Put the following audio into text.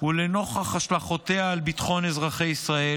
ולנוכח השלכותיה על ביטחון אזרחי ישראל,